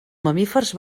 mamífers